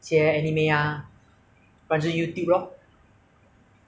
ah 我也是有做工那时候那个送外卖 ah